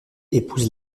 épouse